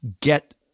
get